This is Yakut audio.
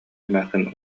эмээхсин